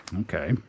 Okay